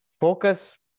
Focus